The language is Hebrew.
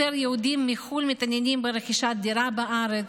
יהודים מחו"ל מתעניינים ברכישת דירה בארץ.